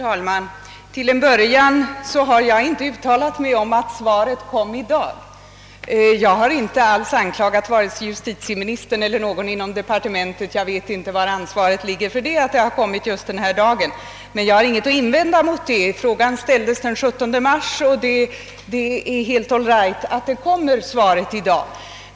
Herr talman! Först och främst har jag inte uttalat mig om att svaret kom i dag. Jag har inte anklagat vare sig justitieministern eller någon inom departementet, ty jag vet inte vem som är ansvarig för att svaret kommit just i dag, men jag har ingenting att invända däremot. Frågan ställdes den 17 mars, och det är helt all right att svaret kommer i dag.